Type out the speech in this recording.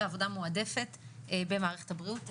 בעבודה מועדפת במערכת הבריאות,